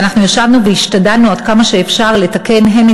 אנחנו ישבנו והשתדלנו עד כמה שאפשר לתקן הן